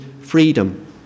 freedom